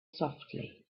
softly